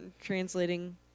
translating